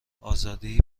آزادی